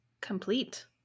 complete